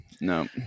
No